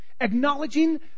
Acknowledging